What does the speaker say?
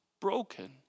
broken